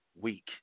week